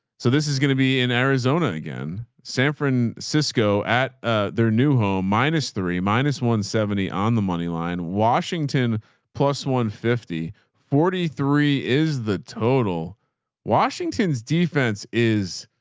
so this is going to be in arizona. again, san fran, cisco at ah their new home, minus three, minus one seventy on the moneyline washington plus one fifty forty three is the total washington's defense is